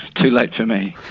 too late for me.